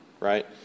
right